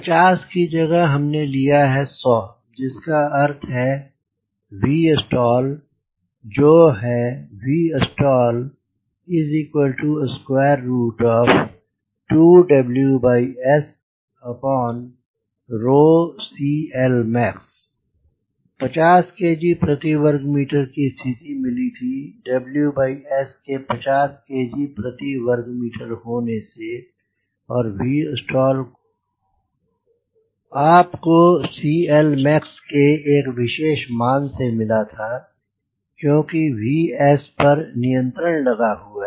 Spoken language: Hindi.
50 की जगह हमने लिया 100 जिसका अर्थ है Vstall जो है Vstall2WSCLmax 50 kg प्रति वर्ग मीटर की स्थिति मिली थी WS के 50 kg प्रति वर्ग मीटर होने से और Vstall आपको CLmax के एक विशेष मान से मिला था क्योंकि Vs पर नियंत्रण लगा हुआ है